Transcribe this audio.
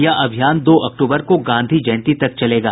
यह अभियान दो अक्टूबर को गांधी जयंती तक चलेगा